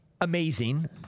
Amazing